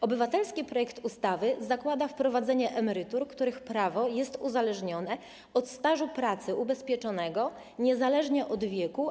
Obywatelski projekt ustawy zakłada wprowadzenie emerytur, do których prawo uzależnione jest od stażu pracy ubezpieczonego niezależnie od jego wieku.